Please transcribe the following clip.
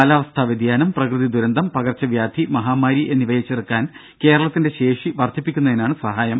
കാലാവസ്ഥാ വ്യതിയാനം പ്രകൃതി ദുരന്തം പകർച്ചവ്യാധി മഹാമാരി എന്നിവയെ ചെറുക്കാൻ കേരളത്തിന്റെ ശേഷി വർദ്ധിപ്പിക്കുന്നതിനാണ് സഹായം